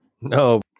No